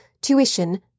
tuition